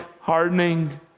hardening